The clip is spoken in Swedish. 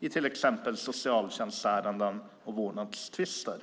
Det kan till exempel vara socialtjänstärenden och vårdnadstvister.